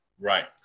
Right